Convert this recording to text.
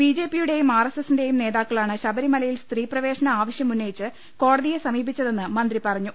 B J പിയുടെയും R S എസ്സിന്റെയും നേതാക്കളാണ് ശബരിമലയിൽ സ്ത്രീപ്രവേശന ആവശ്യമുന്നയിച്ച് കോടതിയെ സമീപിച്ചതെന്ന് മന്ത്രി പറഞ്ഞു